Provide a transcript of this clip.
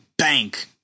bank